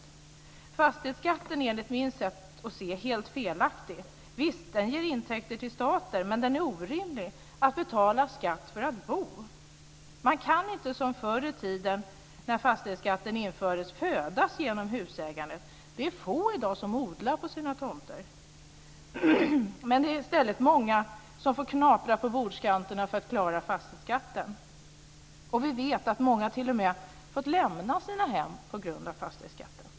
Enligt mitt sätt att se det är fastighetsskatten helt felaktig. Visst ger den intäkter till staten, men det är orimligt att betala skatt för att bo. Man kan inte, som förr i tiden när fastighetsskatten infördes, leva genom husägandet. Det är få i dag som odlar på sina tomter. I stället är det många som får knapra på bordskanterna för att klara fastighetsskatten. Vi vet att många t.o.m. fått lämna sina hem på grund av fastighetsskatterna.